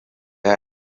ha